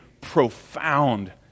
profound